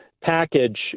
package